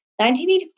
1984